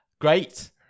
Great